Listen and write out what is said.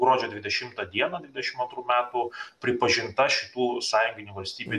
gruodžio dvidešimtą dieną dvidešim antrų metų pripažinta šitų sąjunginių valstybių